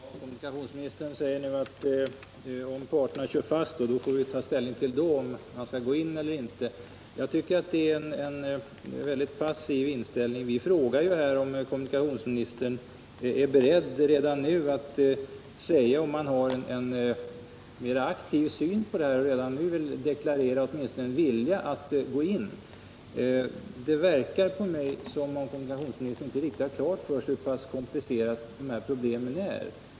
Herr talman! Kommunikationsministern säger nu att om parterna kör fast får han ta ställning till om han skall gå in i förhandlingarna eller inte. Jag tycker det är en passiv inställning. Vi frågar om kommunikationsministern är beredd att redan nu deklarera en vilja att gå in i förhandlingarna. Det verkar som om kommunikationsministern inte har klart för sig hur komplicerade problemen är.